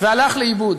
והלך לאיבוד.